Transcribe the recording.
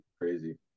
Crazy